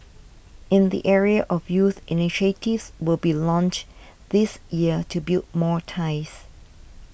in the area of youth initiatives will be launched this year to build more ties